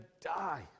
die